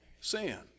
sin